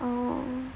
oh